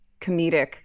comedic